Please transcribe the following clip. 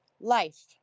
life